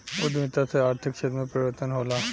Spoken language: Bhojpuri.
उद्यमिता से आर्थिक क्षेत्र में परिवर्तन होला